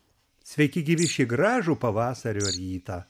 sveiki gyvi šį gražų pavasario rytą